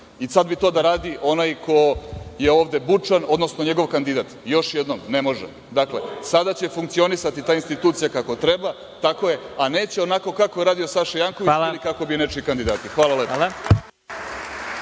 Sada bi to da radi onaj ko je ovde bučan, odnosno njegov kandidat. Još jednom, ne može. Dakle, sada će funkcionisati ta institucija kako treba, a neće onako kako je radio Saša Janković i kako bi nečiji kandidati. Hvala lepo.